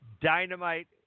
Dynamite